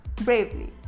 Bravely